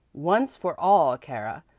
once for all, cara,